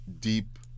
deep